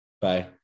Bye